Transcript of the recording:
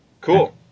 Cool